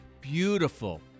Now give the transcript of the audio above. beautiful